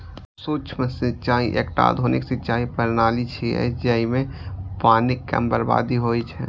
सूक्ष्म सिंचाइ एकटा आधुनिक सिंचाइ प्रणाली छियै, जइमे पानिक कम बर्बादी होइ छै